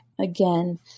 again